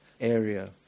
area